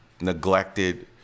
neglected